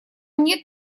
нет